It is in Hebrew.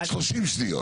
30 שניות.